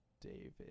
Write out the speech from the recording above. David